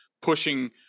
pushing